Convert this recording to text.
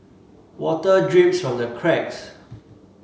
water drips from the cracks